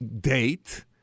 date